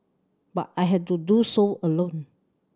but I had to do so alone